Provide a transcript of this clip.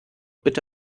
bitte